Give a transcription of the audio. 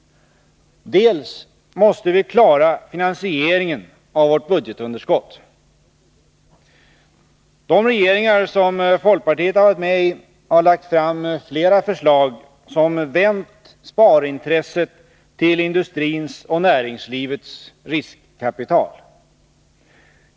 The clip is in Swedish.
Dels måste vi klara finansieringen av vårt budgetunderskott. De regeringar som folkpartiet har varit med i har lagt fram flera förslag som vänt sparintresset till industrins och näringslivets riskkapital.